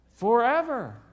forever